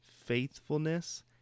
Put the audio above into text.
faithfulness